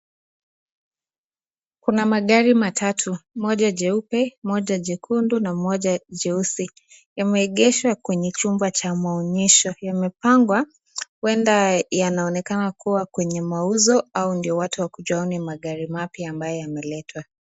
Kuna magari matatu moja jeupe, moja jekundu na moja jeusi limeegeshwa kwenye chumba cha maonyesho. yamepangwa kwenda yanaonekana kua kwenye mauzo au ndio watu wakuje waone magari mapya ambayo yameletwa.